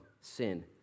sin